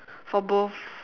for both